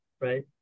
right